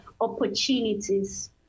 opportunities